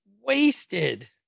Wasted